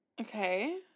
Okay